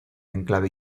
enclave